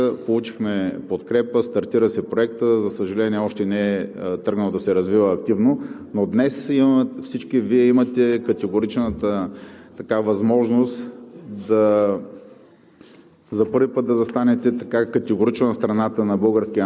на хората да имат достъп до справедливи цени на горивата, получихме подкрепа, стартира се проектът, за съжаление, още не е тръгнал да се развива активно. Но днес всички Вие имате категоричната възможност за